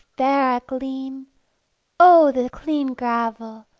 there a gleam o the clean gravel!